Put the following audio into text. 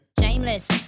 Shameless